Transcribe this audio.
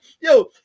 yo